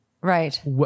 Right